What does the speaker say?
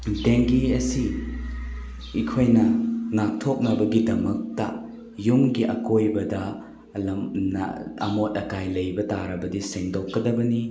ꯗꯦꯡꯒꯤ ꯑꯁꯤ ꯑꯩꯈꯣꯏꯅ ꯉꯥꯛꯊꯣꯛꯅꯕꯒꯤꯗꯃꯛꯇ ꯌꯨꯝꯒꯤ ꯑꯀꯣꯏꯕꯗ ꯂꯝ ꯑꯃꯣꯠ ꯑꯀꯥꯏ ꯂꯩꯕ ꯇꯥꯔꯕꯗꯤ ꯁꯦꯡꯗꯣꯛꯀꯗꯕꯅꯤ